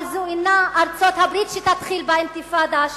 אבל לא ארצות-הברית תתחיל באינתיפאדה השלישית,